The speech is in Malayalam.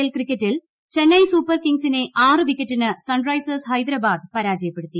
എൽ ക്രിക്കറ്റിൽ ചെന്നൈ സൂപ്പർ കിങ്സിനെ ആറ് വിക്കറ്റിന് സൺറൈസേഴ്സ് ഹൈദരാബാദ് പരാജയപ്പെടുത്തി